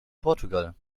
portugal